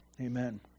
Amen